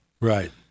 Right